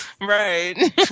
Right